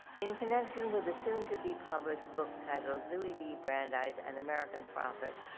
in connection with the soon to be published book titled louie d brandeis an american prophet,